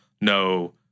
no